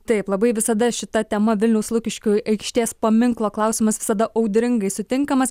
taip labai visada šita tema vilniaus lukiškių aikštės paminklo klausimas visada audringai sutinkamas